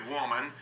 woman